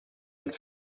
een